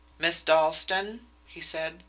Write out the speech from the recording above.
miss dalstan he said,